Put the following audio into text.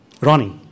Ronnie